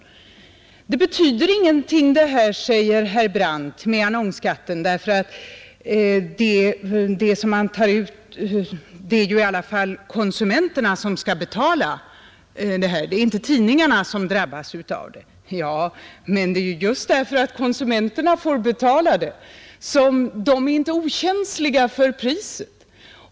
Annonsskatten betyder ingenting, säger herr Brandt, eftersom det i alla fall är konsumenterna som skall betala — tidningarna drabbas inte. Ja, men konsumenterna är inte okänsliga för priset.